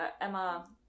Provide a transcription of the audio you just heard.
Emma